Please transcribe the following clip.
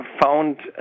found